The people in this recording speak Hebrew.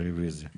כן, בסבב של היום.